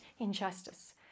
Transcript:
injustice